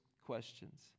questions